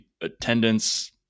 attendance